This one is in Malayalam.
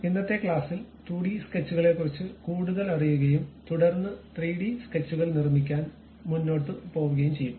ഇന്നത്തെ ക്ലാസ്സിൽ 2 ഡി സ്കെച്ചുകളെക്കുറിച്ച് കൂടുതലറിയുകയും തുടർന്ന് 3D സ്കെച്ചുകൾ നിർമ്മിക്കാൻ മുന്നോട്ട് പോകുകയും ചെയ്യും